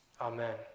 Amen